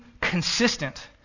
consistent